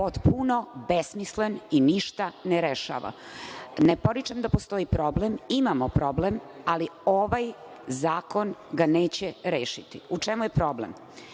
potpuno besmislen i ništa ne rešava. Ne poričem da postoji problem, imamo problem, ali ovaj zakon ga neće rešiti.U čemu je problem?